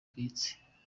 bigayitse